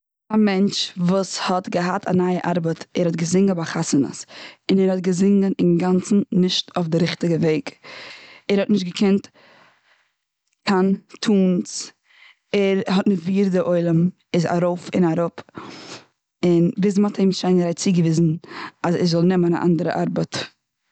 א מענטש וואס האט געהאט א נייע ארבעט. ער האט געזונגען ביי חתונות. און ער האט געזונגען אינגאנצן נישט אויף די ריכטיגע וועג. ער האט נישט געקענט קיין טונס. ער האט נערווירט די עולם. און ער איז ארויף, און אראפ. און, ביז מ'האט אים שיינערהייט צוגעוויזן אז ער זאל נעמען א אנדערע ארבעט.